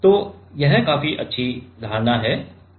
तो यह काफी उचित धारणा है